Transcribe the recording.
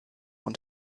und